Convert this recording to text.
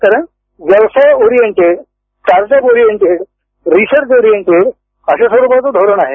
कारण व्यवसाय oriented target oriented research oriented अशा स्वरूपाचं धोरण आहे